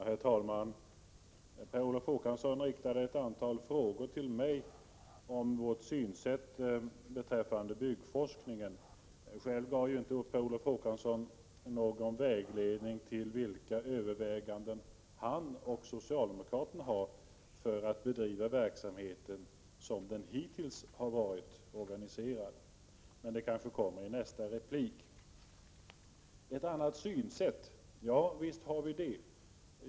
Herr talman! Per Olof Håkansson riktade ett antal frågor till mig om vårt sätt att se på byggforskningen. Själv gav han inte någon vägledning om vilka överväganden han och övriga socialdemokrater gör när det gäller att bedriva den här verksamheten. Jag säger detta med tanke på hur verksamheten hittills har varit organiserad. Men det kanske kommer ett svar i nästa inlägg. Det sägs att vi har ett annat synsätt. Ja, visst har vi det.